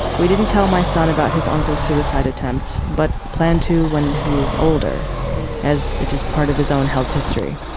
we didn't tell my son about his uncle's suicide attempt, but plan to when he is older as it is part of his own health history.